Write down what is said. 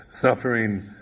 suffering